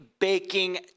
baking